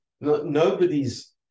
nobody's